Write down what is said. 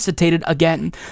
again